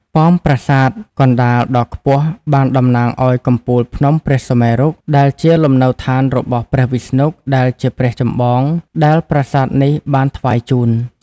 ប៉មប្រាសាទកណ្តាលដ៏ខ្ពស់បានតំណាងឲ្យកំពូលភ្នំព្រះសុមេរុដែលជាលំនៅដ្ឋានរបស់ព្រះវិស្ណុដែលជាព្រះចម្បងដែលប្រាសាទនេះបានថ្វាយជូន។